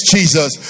Jesus